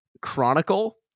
chronicle